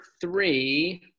three